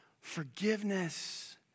Forgiveness